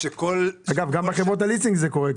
אגב גם בחברות הליסינג זה קורה.